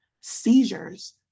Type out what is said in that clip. seizures